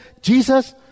Jesus